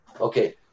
Okay